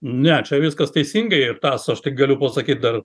ne čia viskas teisingai ir tas aš tik galiu pasakyt dar